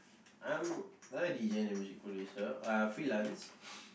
I'm a deejay and music producer uh freelance